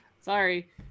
Sorry